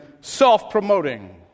self-promoting